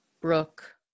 Brooke